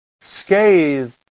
scathed